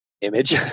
image